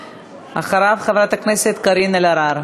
אחריו, חברת הכנסת קארין אלהרר.